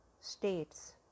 states